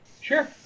Sure